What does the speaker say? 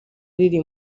riri